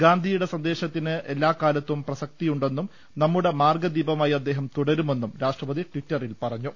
ഗാന്ധിയുടെ സന്ദേശത്തിന് എല്ലാ കാലത്തും പ്രസക്തിയുണ്ടെന്നും നമ്മുടെ മാർഗ്ഗദീപമായി അദ്ദേഹം തുടരുമെന്നും രാഷ്ട്രപതി ടിറ്ററിൽ പറഞ്ഞു